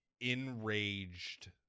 enraged